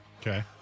Okay